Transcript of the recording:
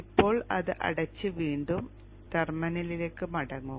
ഇപ്പോൾ ഇത് അടച്ച് വീണ്ടും ടെർമിനലിലേക്ക് മടങ്ങുക